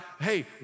Hey